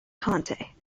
conte